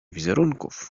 wizerunków